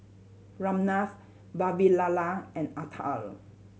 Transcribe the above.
Ramnath Vavilala and Atal